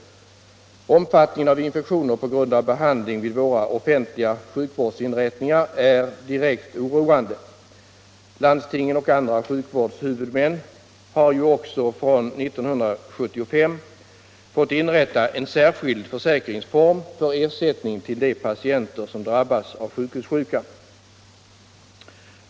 Omfattningen av infektioner på grund av behandling vid våra offentliga sjukvårdsinrättningar är direkt oroande. Landsting och andra sjukvårdshuvudmän har ju också från 1975 fått inrätta en särskild försäkringsform för ersättning till de patienter som drabbas av sjukhussjukan.